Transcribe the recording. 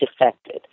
defected